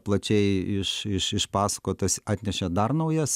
plačiai iš iš išpasakotas atnešė dar naujas